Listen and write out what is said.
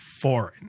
foreign